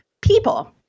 people